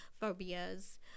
phobias